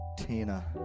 Tina